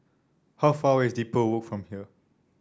how far away is Depot Walk from here